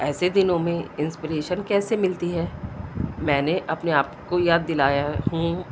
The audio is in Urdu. ایسے دنوں میں انسپریشن کیسے ملتی ہے میں نے اپنے آپ کو یاد دلایا ہوں